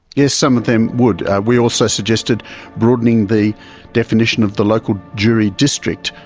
yes, some of them would. we also suggested broadening the definition of the local jury district.